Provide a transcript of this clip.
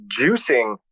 juicing